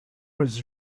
was